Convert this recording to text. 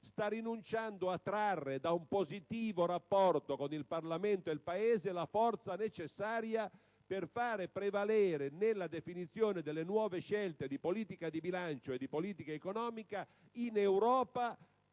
europea, a trarre da un positivo rapporto con il Parlamento ed il Paese la forza necessaria per fare prevalere nella definizione delle nuove scelte di politica di bilancio e di politica economica in Europa